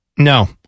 No